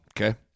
Okay